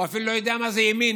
הוא אפילו לא יודע מה זה ימין,